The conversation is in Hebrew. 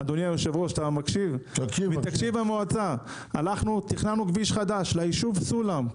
מתקציב המועצה תכננו כביש חדש ליישוב סולם,